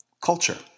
culture